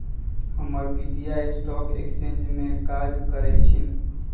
हमर पितिया stock exchange में काज करइ छिन्ह